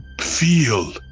feel